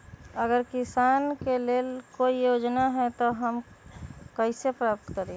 अगर किसान के लेल कोई योजना है त हम कईसे प्राप्त करी?